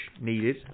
needed